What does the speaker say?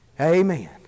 Amen